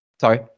sorry